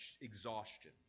exhaustion